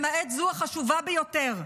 למעט זו החשובה ביותר,